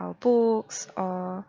our books or